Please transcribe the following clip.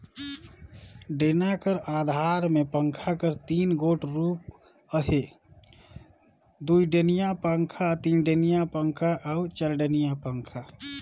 डेना कर अधार मे पंखा कर तीन गोट रूप अहे दुईडेनिया पखा, तीनडेनिया पखा अउ चरडेनिया पखा